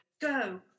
Go